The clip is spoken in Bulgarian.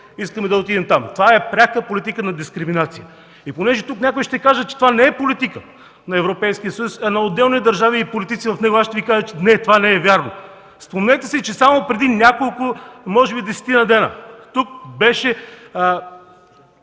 искаме да отидем там. Това е пряка политика на дискриминация. Тъй като тук някой ще каже, че това не е политика на Европейския съюз, а на отделни държави и политици в него, аз ще Ви кажа, че това не е вярно. Спомнете си, че само преди може би десетина дни тук беше